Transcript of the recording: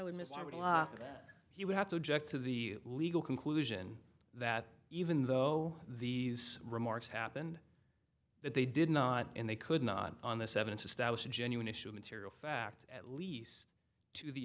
did miss i would lock that he would have to object to the legal conclusion that even though these remarks happened that they did not and they could not on this evidence a status a genuine issue a material fact at least to the